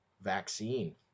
vaccine